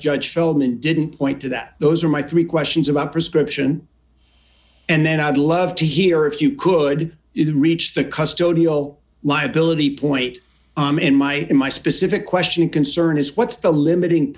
judge feldman didn't point to that those are my three questions about prescription and then i'd love to hear if you could reach the custody all liability point in my in my specific question concern is what's the limiting